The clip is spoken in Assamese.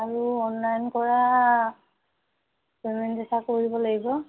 আৰু অনলাইন কৰা পে'মেণ্ট এটা কৰিব লাগিব